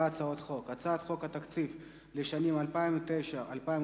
הצעות חוק: הצעת חוק התקציב לשנות הכספים 2009 2010,